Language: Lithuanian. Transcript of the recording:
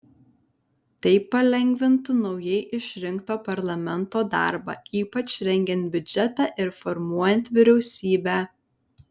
tai palengvintų naujai išrinkto parlamento darbą ypač rengiant biudžetą ir formuojant vyriausybę